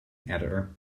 editor